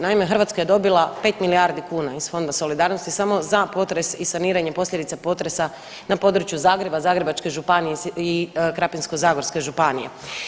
Naime, Hrvatska je dobila 5 milijardi kuna iz Fonda solidarnosti samo za potres i saniranje posljedica potresa na području Zagreba, Zagrebačke županije i Krapinsko-zagorske Županije.